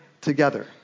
together